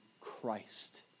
Christ